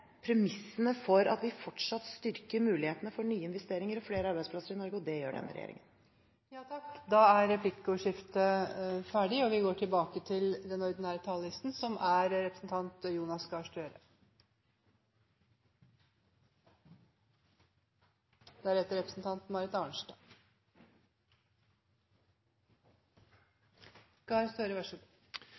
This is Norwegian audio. premissene for at vi fortsatt styrker mulighetene for nye investeringer og flere arbeidsplasser i Norge. Og det gjør denne regjeringen. Da er replikkordskiftet